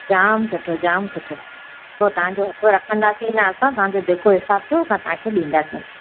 जाम सुठो जाम सुठो पोइ तव्हांजो हकु रखंदासीं ना असां तव्हांजो जेको हिसाबु थियो असां तव्हांखे ॾींदासीं